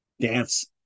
dance